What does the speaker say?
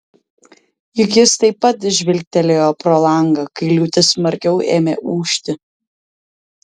juk jis taip pat žvilgtelėjo pro langą kai liūtis smarkiau ėmė ūžti